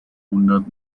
hundert